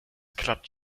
klappt